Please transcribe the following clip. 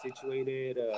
situated